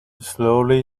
slowly